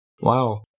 Wow